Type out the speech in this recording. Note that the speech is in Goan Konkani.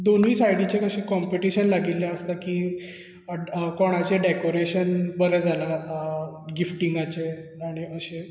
दोनुय सायडिचे कशे कॉम्पिटिशन लागिल्लें आसता की अं कोणाचे डेकोरेशन बरें जाला आ गिफ्टीगांचे आनी अशें